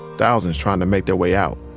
thousands trying to make their way out.